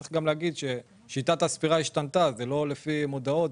צריך להגיד ששיטת הספירה השתנתה - זה לא לפי מודעות,